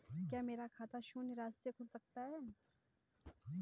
क्या मेरा खाता शून्य राशि से खुल सकता है?